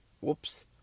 whoops